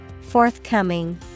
Forthcoming